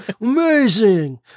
amazing